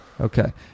Okay